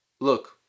look